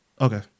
okay